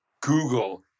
Google